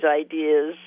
ideas